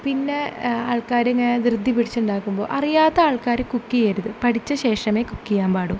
പിന്നെ ആൾക്കാരിങ്ങനെ ധൃതി പിടിച്ചുണ്ടാക്കുമ്പോൾ അറിയാത്ത ആൾക്കാർ കുക്ക് ചെയ്യരുത് പഠിച്ച ശേഷമേ കുക്ക് ചെയ്യാൻ പാടുള്ളു